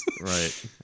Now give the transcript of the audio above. Right